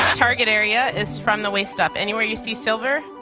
target area is from the waist up. anywhere you see silver?